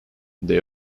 they